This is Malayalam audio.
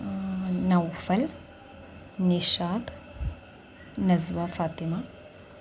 നൗഫൽ നിഷാദ് നസവാ ഫാത്തിമ